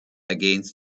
against